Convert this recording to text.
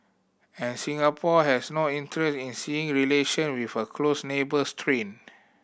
and Singapore has no interest in seeing relation with a close neighbour strained